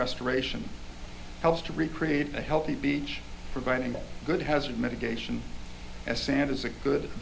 restoration helps to recreate a healthy beach providing a good hazard mitigation as sand is a good